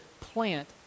plant